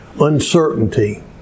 uncertainty